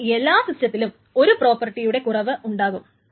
അപ്പോൾ ഈ എല്ലാ സിസ്റ്റത്തിലും ഒരു പ്രോപ്പർട്ടിയുടെ കുറവ് ഉണ്ടാകും